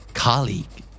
Colleague